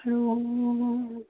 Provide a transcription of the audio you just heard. আৰু